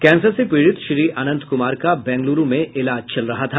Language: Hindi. कैंसर से पीड़ित श्री अनंत कुमार का बेंगलुरु में इलाज चल रहा था